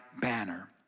banner